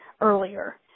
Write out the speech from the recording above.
earlier